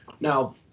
Now